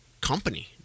company